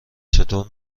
چطور